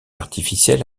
artificielle